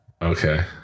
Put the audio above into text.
Okay